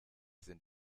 sind